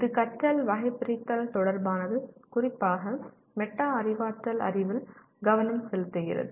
இது கற்றல் வகைபிரித்தல் தொடர்பானது குறிப்பாக மெட்டா அறிவாற்றல் அறிவில் கவனம் செலுத்துகிறது